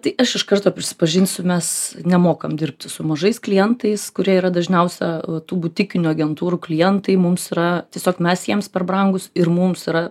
tai aš iš karto prisipažinsiu mes nemokam dirbti su mažais klientais kurie yra dažniausia a tų butikinių agentūrų klientai mums yra tiesiog mes jiems per brangūs ir mums yra